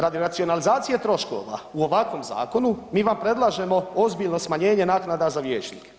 Radi racionalizacije troškova u ovakvom zakonu mi vam predlažemo ozbiljno smanjenje naknada za vijećnike.